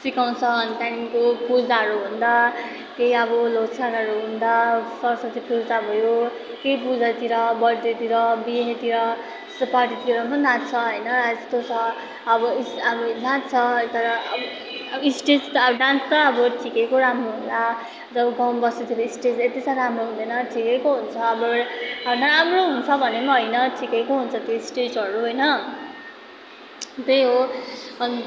सिकाउँछ अनि त्यहाँदेखिको पूजाहरू हुँन्दा केही अब ल्होसारहरू हुँन्दा सरसती पूजा भयो केही पूजातिर बर्थडेतिर बिहेतिर यस्तो पार्टीतिर पनि त नाच्छ होइन यस्तो छ अब नाच्छ तर अब स्टेज त अब डान्स त अब ठिकैको राम्रो होला तर जब गाउँ बस्तीतिर स्टेज त्यति राम्रो हुँदैन ठिकैको हुन्छ नराम्रो हुन्छ भन्ने पनि होइन ठिकैको हुन्छ त्यो स्टेजहरू होइन त्यही हो अनि